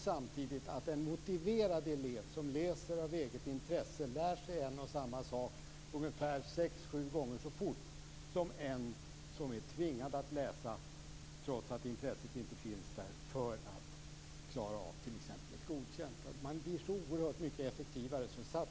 Samtidigt vet vi att en motiverad elev som läser av eget intresse lär sig en sak sex sju gånger så fort som en elev som är tvingad att läsa - trots att intresset inte finns där - för att klara av betyget Godkänd. Man blir så oerhört mycket effektivare när det finns motivation.